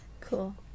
cool